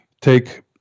take